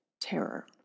terror